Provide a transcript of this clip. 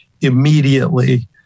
immediately